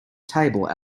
table